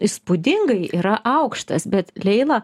įspūdingai yra aukštas bet leila